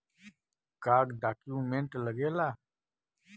का डॉक्यूमेंट लागेला?